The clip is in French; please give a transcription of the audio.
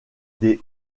des